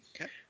Okay